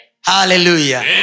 Hallelujah